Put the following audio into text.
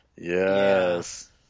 Yes